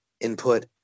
input